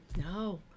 No